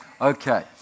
Okay